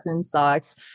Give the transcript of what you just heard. socks